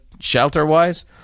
shelter-wise